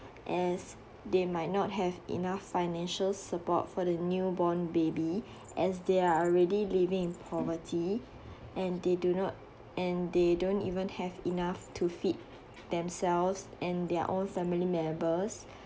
as they might not have enough financial support for the newborn baby as they are already living in poverty and they do not and they don't even have enough to feed themselves and their own family members